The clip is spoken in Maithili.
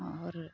आओर